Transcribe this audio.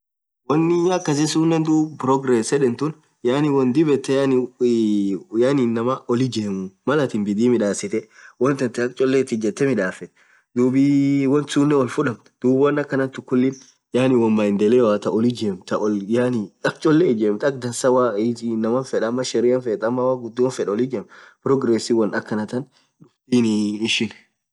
wonni akasisunen dhub progress yedhen tun yaani won dhib yethe inaman oll ijemuu mall athin bidhii midhasithe won thanthe akha cholee ithi ijethee midhafethu dhubii won sunen oll fudhamtu dhub won akhan thun khullin won maendeleo thaa oll ijemthu thaa oll yaani akha cholee ijemthu akha dhansaa waaa ij inaman fedhu ama Sheridan fethu ama waq ghudio fedh oll ijemthu progress won akhan thana dhuftin ishin